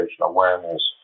awareness